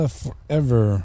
forever